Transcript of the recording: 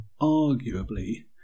arguably